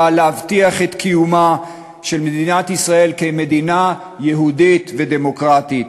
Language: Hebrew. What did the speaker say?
להבטיח את קיומה של מדינת ישראל כמדינה יהודית ודמוקרטית.